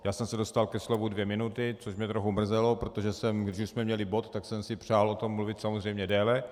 Já jsem se dostal ke slovu dvě minuty, což mě trochu mrzelo, protože když už jsme měli bod, tak jsem si přál o tom mluvit samozřejmě déle.